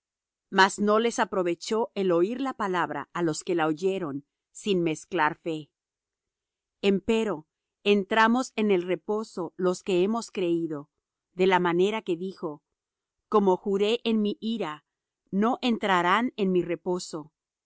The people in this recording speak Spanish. mas no les aprovechó el oir la palabra á los que la oyeron sin mezclar fe empero entramos en el reposo los que hemos creído de la manera que dijo como juré en mi ira no entrarán en mi reposo